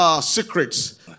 secrets